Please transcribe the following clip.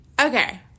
Okay